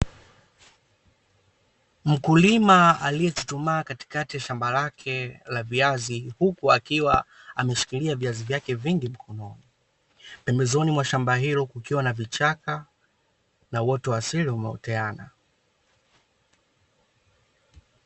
Mkulima aliechuchumaa katikati ya shamba lake la viazi ,huku akiwa ameshikilia viazi vyake vingi mkononi. Pembezoni mwa shamba hilo kukiwa na vichaka na uoto wa asili uliooteana.